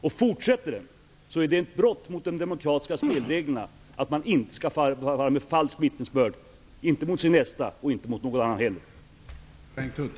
Om den fortsätter är det ett brott mot de demokratiska spelreglerna; man skall inte fara med falskt vittnesbörd, inte mot sin nästa och inte mot någon annan.